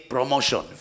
promotion